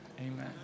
amen